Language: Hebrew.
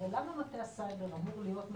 למה מטה הסייבר אמור להיות גורם מעורב?